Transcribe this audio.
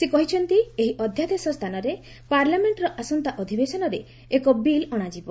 ସେ କହିଛନ୍ତି ଏହି ଅଧ୍ୟାଦେଶ ସ୍ଥାନରେ ପାର୍ଲାମେଣ୍ଟର ଆସନ୍ତା ଅଧିବେଶନରେ ଏକ ବିଲ୍ ଅଶାଯିବ